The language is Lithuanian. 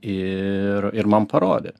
ir ir man parodė